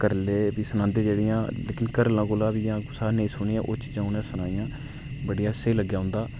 घरा आह्ले बी सनांदे जेह्ड़ियां लेकिन घरा आह्ले कोला बी जां कुसै हा नेईं सुनियां ओह् उनें सनाइयां बड़ा स्हेई लग्गेआ उंदा